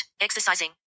exercising